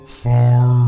far